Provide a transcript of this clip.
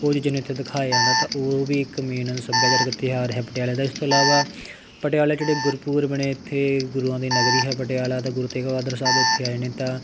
ਉਹ ਜੀ ਜਿਵੇਂ ਇੱਥੇ ਦਿਖਾਇਆ ਜਾਂਦਾ ਤਾਂ ਉਹ ਵੀ ਇੱਕ ਮੇਨ ਸੱਭਿਆਚਾਰਕ ਤਿਉਹਾਰ ਹੈ ਪਟਿਆਲੇ ਦਾ ਇਸ ਤੋਂ ਇਲਾਵਾ ਪਟਿਆਲੇ ਜਿਹੜੇ ਗੁਰਪੁਰਬ ਨੇ ਇੱਥੇ ਗੁਰੂਆਂ ਦੀ ਨਗਰੀ ਹੈ ਪਟਿਆਲਾ ਅਤੇ ਗੁਰੂ ਤੇਗ ਬਹਾਦਰ ਸਾਹਿਬ ਇੱਥੇ ਆਏ ਨੇ ਤਾਂ